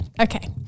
Okay